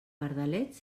pardalets